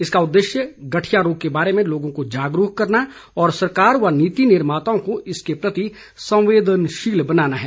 इसका उद्देश्य गठिया रोग के बारे में लोगों को जागरूक करना और सरकार व नीति निर्माताओं को इसके प्रति संवेदनशील बनाना है